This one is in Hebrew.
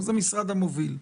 זה המשרד המוביל,